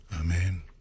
Amen